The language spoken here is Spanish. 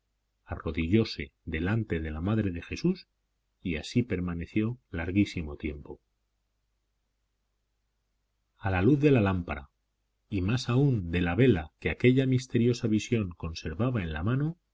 arrodillóse delante de la madre de jesús y así permaneció larguísimo tiempo a la luz de la lámpara y más aún de la vela que aquella misteriosa visión conservaba en la mano